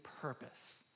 purpose